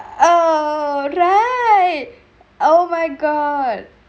oh right oh my god